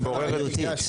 אני בורר את מילותיי.